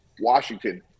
Washington